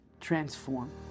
transform